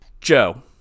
Joe